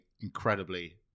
incredibly